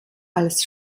als